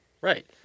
Right